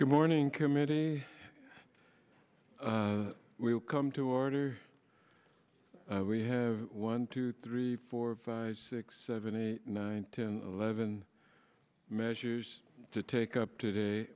good morning committee we will come to order we have one two three four five six seven eight nine ten eleven measures to take up today